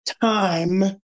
time